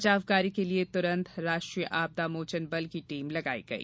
बचाव कार्य के लिए त्रंत राष्ट्रीय आपदा मोचन बल की टीम लगाई गई